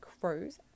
crows